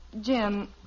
Jim